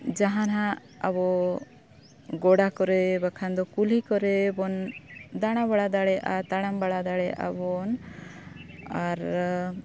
ᱡᱟᱦᱟᱸ ᱱᱟᱜ ᱟᱵᱚ ᱜᱚᱰᱟ ᱠᱚᱨᱮ ᱵᱟᱠᱷᱟᱱ ᱫᱚ ᱠᱩᱞᱦᱤ ᱠᱚᱨᱮ ᱵᱚᱱ ᱫᱟᱬᱟ ᱵᱟᱲᱟ ᱫᱟᱲᱮᱭᱟᱜᱼᱟ ᱛᱟᱲᱟᱢ ᱵᱟᱲᱟ ᱫᱟᱲᱮᱭᱟᱜ ᱟᱵᱚᱱ ᱟᱨ